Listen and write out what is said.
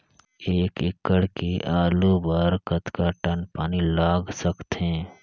एक एकड़ के आलू बर कतका टन पानी लाग सकथे?